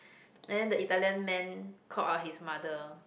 and then the Italian man called out his mother